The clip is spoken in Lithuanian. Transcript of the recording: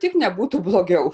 tik nebūtų blogiau